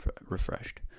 refreshed